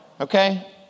okay